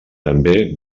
també